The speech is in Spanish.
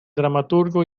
dramaturgo